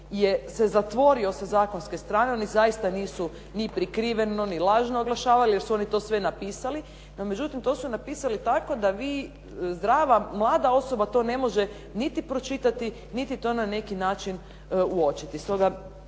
mlada osoba to ne može niti pročitati, niti to na neki način uočiti.